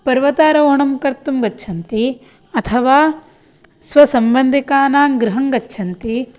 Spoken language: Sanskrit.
पर्वतारोहणं कर्तुं गच्छन्ति अथवा स्वसम्बधिकानां गृहं गच्छन्ति